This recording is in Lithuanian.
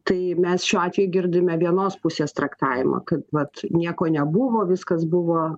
tai mes šiuo atveju girdime vienos pusės traktavimą kad vat nieko nebuvo viskas buvo